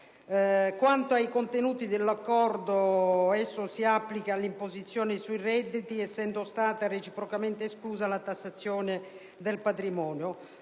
Quanto ai contenuti, esso si applica all'imposizione sui redditi, essendo stata reciprocamente esclusa la tassazione del patrimonio.